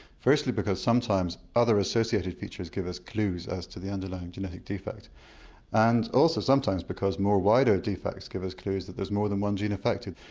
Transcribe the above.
firstly because sometimes other associated features give us clues as to the underlying genetic defect and also sometimes because more wider defects give us clues that there's more than one gene affected.